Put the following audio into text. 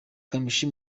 kamichi